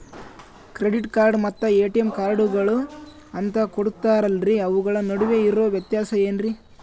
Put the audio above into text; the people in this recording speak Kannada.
ಕ್ರೆಡಿಟ್ ಕಾರ್ಡ್ ಮತ್ತ ಎ.ಟಿ.ಎಂ ಕಾರ್ಡುಗಳು ಅಂತಾ ಕೊಡುತ್ತಾರಲ್ರಿ ಅವುಗಳ ನಡುವೆ ಇರೋ ವ್ಯತ್ಯಾಸ ಏನ್ರಿ?